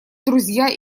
друзья